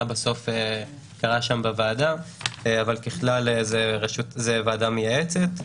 בסוף קרה שם בוועדה אבל ככלל זה ועדה מייעצת.